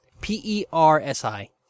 P-E-R-S-I